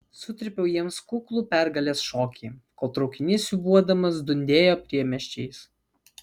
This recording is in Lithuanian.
sutrypiau jiems kuklų pergalės šokį kol traukinys siūbuodamas dundėjo priemiesčiais